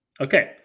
Okay